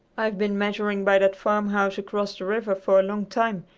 i've been measuring by that farmhouse across the river for a long time,